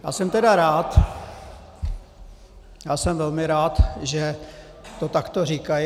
Já jsem tedy rád, jsem velmi rád, že to takto říkají.